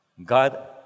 God